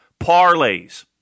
parlays